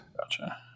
Gotcha